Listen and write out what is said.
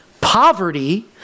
Poverty